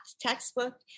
textbook